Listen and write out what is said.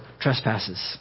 trespasses